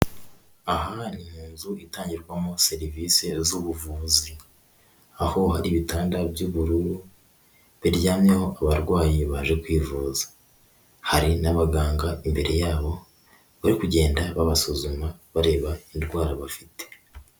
Aha ni mu nzu itangirwamo serivisi z'ubuvuzi, aho hari ibitanda by'ubururu biryamyeho abarwayi baje kwivuza, hari n'abaganga imbere yabo bari kugenda babasuzuma bareba indwara bafite.